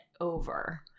over